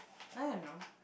I don't know